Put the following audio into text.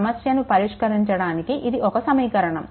సమస్యను పరిష్కరించడానికి ఇది ఒక సమీకరణం